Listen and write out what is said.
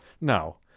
no